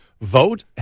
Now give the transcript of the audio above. vote